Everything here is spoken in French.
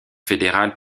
fédérales